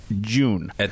June